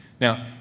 Now